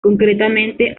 concretamente